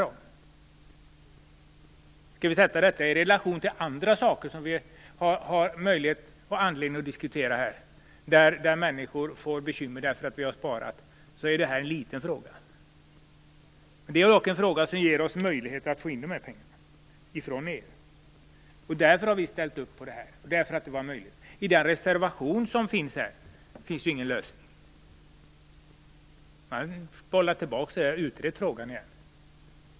Om vi sätter detta i relation till andra saker som vi har anledning att diskutera, då människor får bekymmer därför att vi har sparat, är det här en liten fråga. Det är dock en fråga som ger oss möjlighet att få de här pengarna från EU. Därför har vi ställt upp. I reservationen finns det ju ingen lösning. Man bollar tillbaka frågan och säger att den skall utredas igen.